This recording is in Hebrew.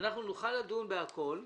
אנחנו נוכל לדון בהכל,